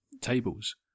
tables